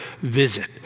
visit